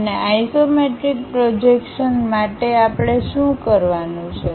અને isometric projection માટે આપણે શું કરવાનું છે